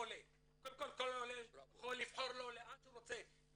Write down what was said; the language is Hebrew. קודם כל, כל עולה יכול לבחור לו לאן שהוא רוצה.